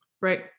Right